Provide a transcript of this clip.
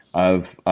of,